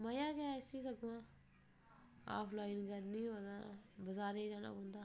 मजा गै इसी सगुआं ऑफलाइन करनी होए तां बजारे गी जाना पौंदा